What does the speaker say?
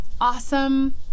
awesome